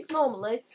normally